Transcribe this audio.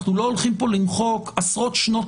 אנחנו לא הולכים פה למחוק עשרות שנות